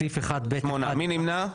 מי נמנע?